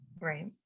Right